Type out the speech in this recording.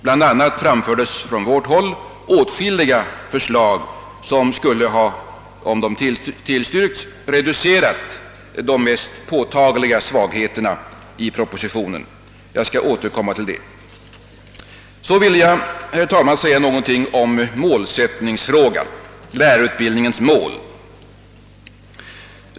Bl.a. har från vårt håll framförts åtskilliga förslag som, om de tillstyrkts, skulle ha reducerat de mest påtagliga svagheterna i propositionen. Jag skall återkomma till detta. Så vill jag, herr talman, säga någonting om målsättningsfrågan — lärarut bildningens mål.